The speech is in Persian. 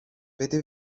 بده